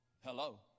Hello